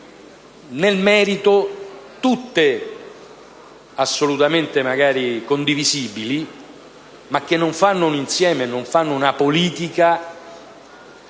nel merito tutte assolutamente condivisibili, ma che non fanno un insieme, non fanno una politica